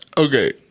Okay